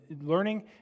learning